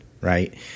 right